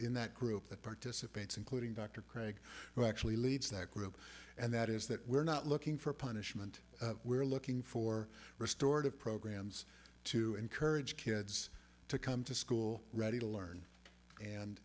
in that group that participates including dr craig who actually leads that group and that is that we're not looking for punishment we're looking for restored of programs to encourage kids to come to school ready to learn and